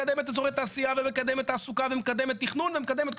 מקדמת אזורי תעשיה ומקדמת תעסוקה ומקדמת תכנון ומקדמת.